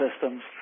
systems